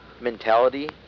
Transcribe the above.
mentality